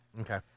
Okay